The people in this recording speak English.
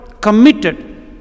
committed